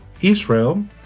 Israel